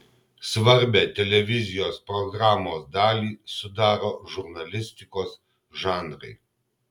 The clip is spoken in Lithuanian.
svarbią televizijos programos dalį sudaro žurnalistikos žanrai